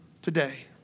today